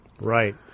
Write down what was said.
Right